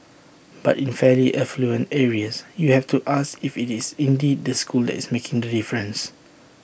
but in fairly affluent areas you have to ask if IT is indeed the school that is making the difference